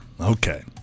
Okay